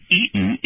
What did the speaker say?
eaten